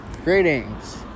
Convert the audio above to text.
Greetings